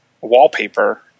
wallpaper